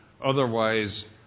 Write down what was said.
otherwise